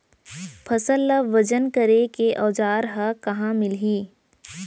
फसल ला वजन करे के औज़ार हा कहाँ मिलही?